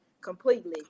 completely